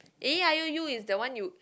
A E I O U is that one you